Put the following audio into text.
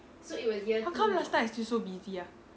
how come last time I still so busy ah